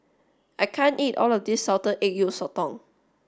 I can't eat all of this salted egg yolk sotong